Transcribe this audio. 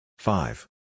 Five